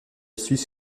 suisse